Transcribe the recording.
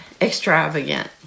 extravagant